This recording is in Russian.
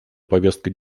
повестки